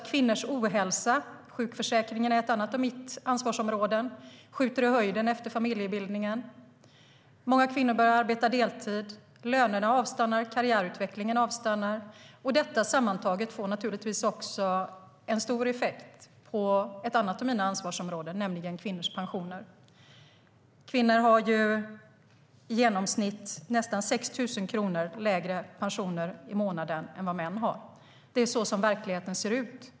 Kvinnors ohälsa - sjukförsäkringen är ett annat av mina ansvarsområden - skjuter i höjden efter familjebildningen. Många kvinnor börjar arbeta deltid, lönerna avstannar, karriärutvecklingen likaså. Allt det sammantaget får naturligtvis stor effekt på ett annat av mina ansvarsområden, nämligen kvinnors pensioner. Kvinnor har i genomsnitt nästan 6 000 kronor mindre i pension per månad än män. Det är så verkligheten ser ut.